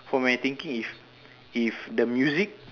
for my thinking if if the music